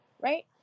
right